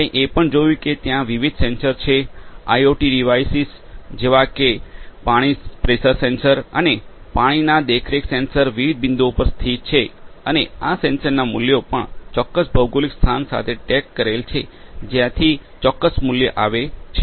આપણે એ પણ જોયું છે કે ત્યાં વિવિધ સેન્સર છે આઇઓટી ડિવાઇસ જેવા કે પાણી પ્રેશર સેન્સર અને અન્ય પાણીના દેખરેખ સેન્સર વિવિધ બિંદુઓ પર સ્થિત છે અને આ સેન્સરના મૂલ્યો પણ ચોક્કસ ભૌગોલિક સ્થાન સાથે ટેગ કરેલ છે જ્યાંથી ચોક્કસ મૂલ્ય આવે છે